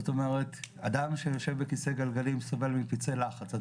אדם שיושב בכיסא גלגלים סובל מפצעי לחץ,